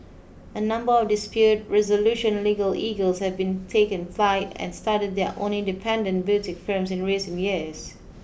a number of dispute resolution legal eagles have been taken flight and started their own independent boutique firms in recent years